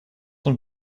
hem